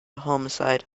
homicide